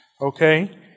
Okay